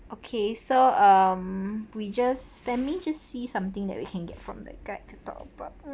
okay so um we just let me just see something that we can get from the guide to talk about